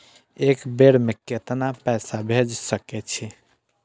एक बेर में केतना पैसा भेज सके छी?